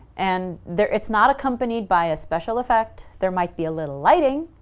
and there it's not accompanied by a special effect, there might be a little lighting,